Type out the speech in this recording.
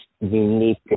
unique